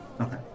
okay